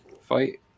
fight